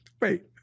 Wait